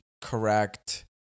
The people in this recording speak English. Correct